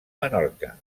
menorca